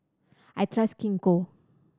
I trust Gingko